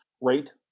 rate